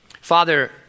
Father